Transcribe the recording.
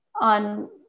on